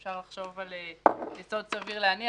אפשר לחשוב על "יסוד סביר להניח",